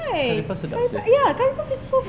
curry puff sedap seh